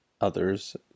others